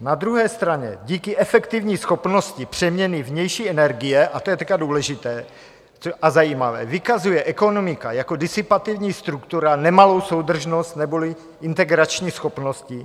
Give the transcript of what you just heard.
Na druhé straně díky efektivní schopnosti přeměny vnější energie, a to je teď důležité a zajímavé, vykazuje ekonomika jako disipativní struktura nemalou soudržnost neboli integrační schopnosti.